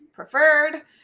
preferred